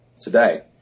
today